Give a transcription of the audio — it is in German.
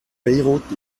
beirut